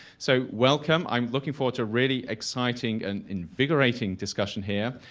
so welcome, i'm looking forward to really exciting and invigorating discussion here,